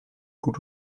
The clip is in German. gut